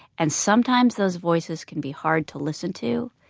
and sometimes those voices can be hard to listen to,